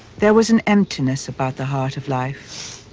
there was an emptiness about the heart of life